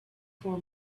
for